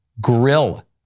Grill